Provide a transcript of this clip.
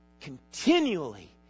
continually